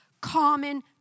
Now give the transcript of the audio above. common